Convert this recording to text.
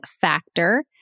factor